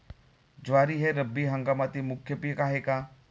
ज्वारी हे रब्बी हंगामातील मुख्य पीक आहे का?